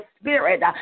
spirit